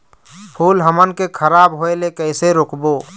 फूल हमन के खराब होए ले कैसे रोकबो?